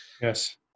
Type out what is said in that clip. Yes